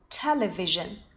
Television